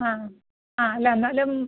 ആ ആ അല്ല എന്നാലും